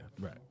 right